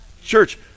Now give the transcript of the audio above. Church